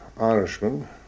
Irishman